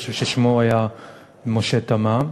אני חושב ששמו היה משה תמם,